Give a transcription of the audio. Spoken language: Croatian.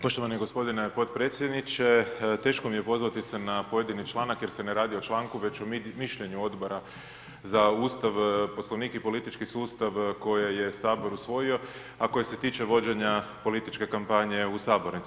Poštovani g. potpredsjedniče, teško mi je pozvati se na pojedini članak jer se ne radi o članku već o mišljenju Odbora za Ustav, Poslovnik i politički sustav koje je HS usvojio, a koji se tiče vođenja političke kampanje u sabornici.